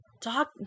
Talk